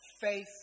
faith